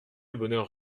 bonheur